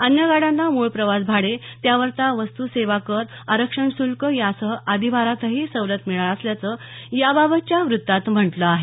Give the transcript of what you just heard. अन्य गाड्यांना मूळ प्रवास भाडे त्यावरचा वस्तू सेवा कर आरक्षण शुल्क यासह इतर अधिभारातही सवलत मिळणार असल्याचं याबाबतच्या वृत्तात म्हटलं आहे